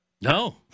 No